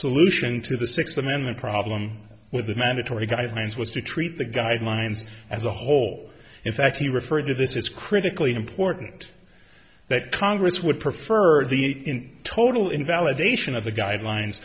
solution to the six amendment problem with the mandatory guidelines was to treat the guidelines as a whole in fact he referred to this it's critically important that congress would prefer the total invalidation of the guidelines